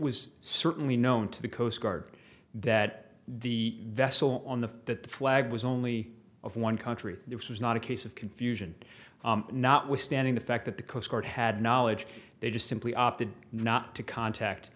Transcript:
was certainly known to the coast guard that the vessel on the flag was only of one country it was not a case of confusion notwithstanding the fact that the coast guard had knowledge they just simply opted not to contact